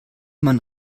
man